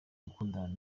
gukundana